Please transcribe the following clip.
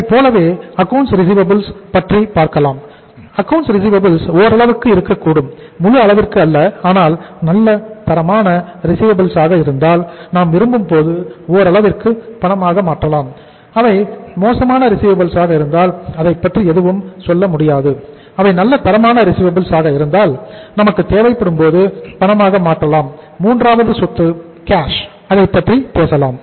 அதைப்போலவே accounts receivables அதைப்பற்றி பேசலாம்